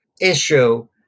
issue